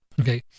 Okay